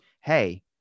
Hey